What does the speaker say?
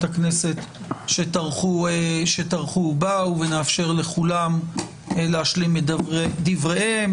הכנסת שטרחו ובאו ונאפשר לכולם להשלים את דבריהם.